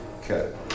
Okay